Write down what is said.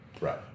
Right